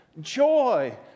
joy